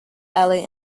alley